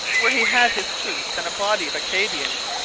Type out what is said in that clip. where he had his troops and a body of acadians,